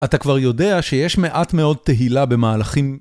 אתה כבר יודע שיש מעט מאוד תהילה במהלכים.